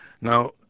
Now